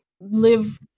live